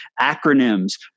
acronyms